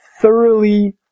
thoroughly